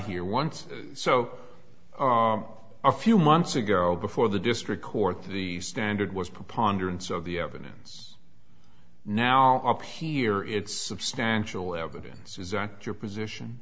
here once so a few months ago before the district court the standard was proposed endurance of the evidence now up here it's substantial evidence is that your position